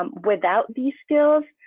um without these skills,